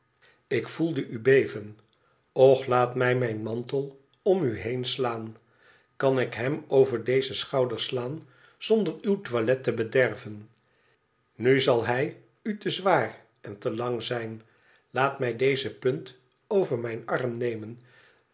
ik voelde u beven och laat mij mijn mantel om uheen slaan kan ik hem over dezen schouder slaan zonder uw toilet te bederven f nu zal hij u te zwaar en te lang zijn laat mij deze punt over mijn arm nemen